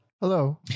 Hello